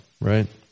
right